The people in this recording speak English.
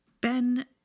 Ben